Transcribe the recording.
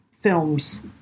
films